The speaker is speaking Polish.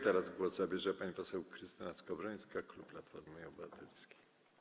Teraz głos zabierze pani poseł Krystyna Skowrońska, klub Platformy Obywatelskiej.